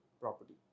property